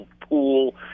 pool